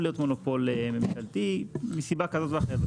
להיות מונופול ממשלתי מסיבה כזאת או אחרת.